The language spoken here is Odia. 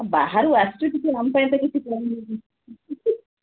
ବାହାରୁ ଆସିଛୁ କିଛି ଆମ ପାଇଁ